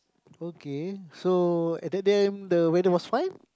okay so at that time the weather was fine